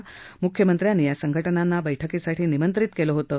म्ख्यमंत्री फडणवीस यांनी या संघटनांना बैठकीसाठी निमंत्रित केलं होतं